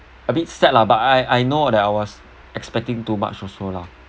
a bit sad lah but I I know that I was expecting too much also lah